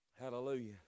Hallelujah